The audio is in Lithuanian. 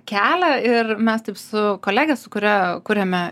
kelią ir mes taip su kolege su kuria kuriame